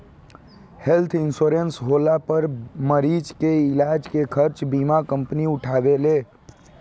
health insurance होला पर मरीज के इलाज के खर्चा बीमा कंपनी उठावेले